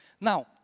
Now